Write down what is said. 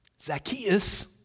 Zacchaeus